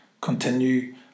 continue